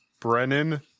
Brennan